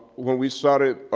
when we started,